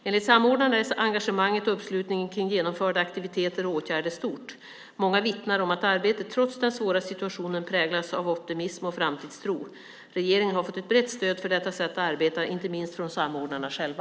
Enligt samordnarna är engagemanget och uppslutningen kring genomförda aktiviteter och åtgärder stort. Många vittnar om att arbetet, trots den svåra situationen, präglas av optimism och framtidstro. Regeringen har fått ett brett stöd för detta sätt att arbeta, inte minst från samordnarna själva.